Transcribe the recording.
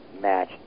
match